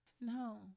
no